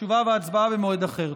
תשובה והצבעה במועד אחר.